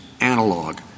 analog